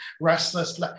restless